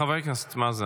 חברי הכנסת, מה זה?